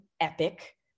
epic